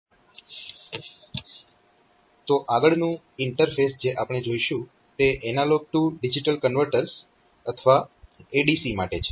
તો આગળનું ઈન્ટરફેસ જે આપણે જોઈશું તે એનાલોગ ટુ ડિજીટલ કન્વર્ટર્સ અથવા ADC માટે છે